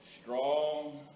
strong